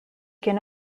can